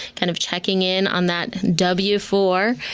kind of checking in on that w four.